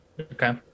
Okay